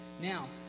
Now